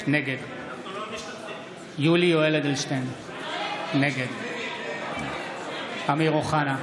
נגד יולי יואל אדלשטיין, נגד אמיר אוחנה,